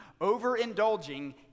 overindulging